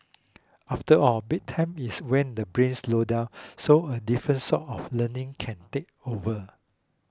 after all bedtime is when the brain slows down so a different sort of learning can take over